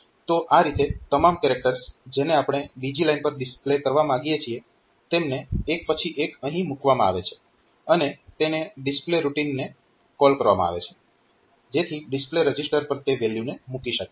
તો આ રીતે તમામ કેરેક્ટર્સ જેને આપણે બીજી લાઇન પર ડિસ્પ્લે કરવા માંગીએ છીએ તેમને એક પછી એક અહીં મૂકવામાં આવે છે અને તેને ડિસ્પ્લે રૂટીનને કોલ કરવામાં આવે છે જેથી ડિસ્પ્લે રજીસ્ટર પર તે વેલ્યુને મૂકી શકાય